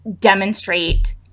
demonstrate